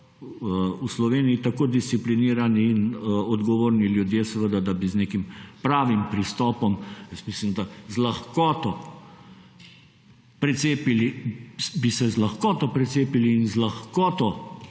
v Sloveniji tako disciplinirani in odgovorni ljudje seveda, da bi z nekim pravim pristopom jaz mislim, da z lahkoto precepili, bi se z lahkoto precepili in z lahkoto